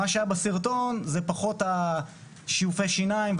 מה שהיה בסרטון זה פחות שיופי השיניים,